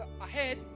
ahead